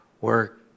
work